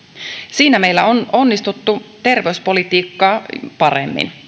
siinä meillä on onnistuttu terveyspolitiikkaa paremmin